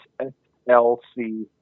S-L-C